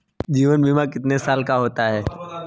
जीवन बीमा कितने साल का होता है?